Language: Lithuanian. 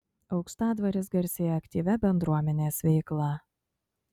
aukštadvaris garsėja aktyvia bendruomenės veikla